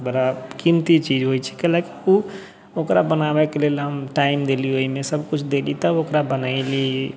बड़ा कीमती चीज होइ छै कियाकि ओ ओकरा बनाबैके लेल हम टाइम देली ओहिमे सबकिछु देली तब ओकरा बनैली